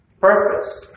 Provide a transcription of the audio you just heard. purpose